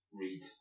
read